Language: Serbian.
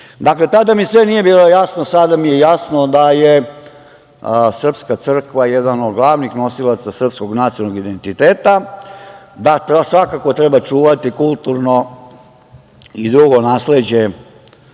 sećam. Dakle, tada mi sve nije bilo jasno, sada mi je jasno da je srpska crkva jedan od glavnih nosilaca srpskog nacionalnog identiteta, da to svakako treba čuvati, kulturno i drugo nasleđe